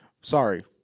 sorry